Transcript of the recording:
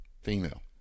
Female